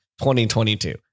2022